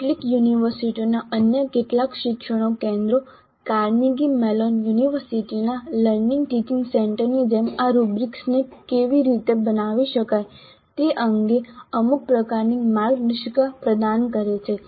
કેટલીક યુનિવર્સિટીઓના અન્ય કેટલાક શિક્ષણ કેન્દ્રો કાર્નેગી મેલોન યુનિવર્સિટીના લર્નિંગ ટીચિંગ સેન્ટરની જેમ આ રુબ્રિક્સ કેવી રીતે બનાવી શકાય તે અંગે અમુક પ્રકારની માર્ગદર્શિકા પ્રદાન કરે છે